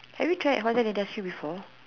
have you tried hotel industry before